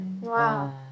Wow